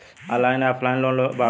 Online या offline loan का बा?